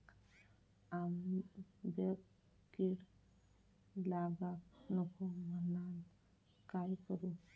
आंब्यक कीड लागाक नको म्हनान काय करू?